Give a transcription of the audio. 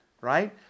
right